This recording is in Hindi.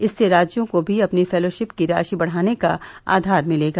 इससे राज्यों को भी अपनी फेलोशिप की राशि बढ़ाने का आधार मिलेगा